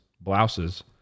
blouses